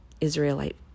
Israelite